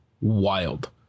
wild